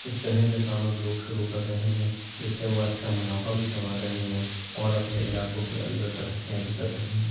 اس طرح کے کام اب لوگ شروع کر رہے ہیں جس سے وہ اچھا منافع بھی کما رہے ہیں اور اپنے علاقوں کے اندر ترقیاں بھی کر رہے ہیں